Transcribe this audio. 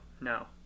no